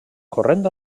corrent